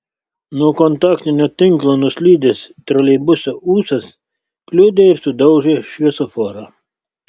nuo kontaktinio tinklo nuslydęs troleibuso ūsas kliudė ir sudaužė šviesoforą